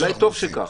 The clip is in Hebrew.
טוב שכך.